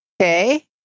Okay